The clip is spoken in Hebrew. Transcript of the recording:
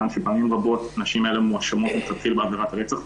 כיוון שפעמים רבות הנשים האלו מואשמות מלכתחילה בעבירת רצח,